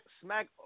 smack